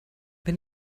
wenn